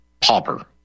pauper